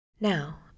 Now